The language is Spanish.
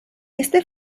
este